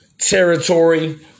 territory